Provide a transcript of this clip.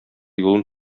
юлын